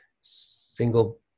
single